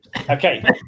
Okay